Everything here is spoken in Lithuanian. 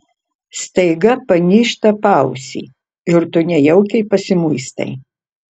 staiga panyžta paausį ir tu nejaukiai pasimuistai